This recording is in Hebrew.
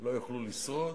לא יוכלו לשרוד.